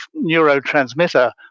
neurotransmitter